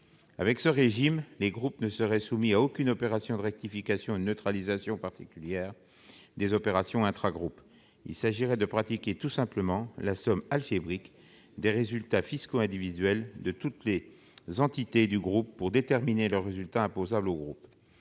Avec ce régime, les groupes ne seraient soumis à aucune opération de rectification ou de neutralisation particulière des opérations intragroupes. Il s'agirait de pratiquer tout simplement la somme algébrique des résultats fiscaux individuels de toutes les entités du groupe pour déterminer le résultat imposable de ce